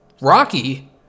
Rocky